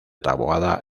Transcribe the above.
taboada